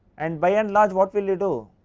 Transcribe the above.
and by enlarge what will you do,